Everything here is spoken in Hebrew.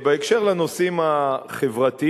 בהקשר של הנושאים החברתיים,